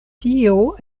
tio